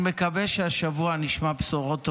אני מקווה שהשבוע נשמע בשורות טובות.